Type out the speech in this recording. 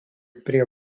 prie